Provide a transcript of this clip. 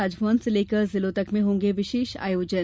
राजभवन से लेकर जिलों तक में होगें विशेष आयोजन